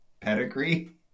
pedigree